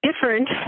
different